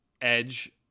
edge